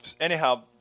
anyhow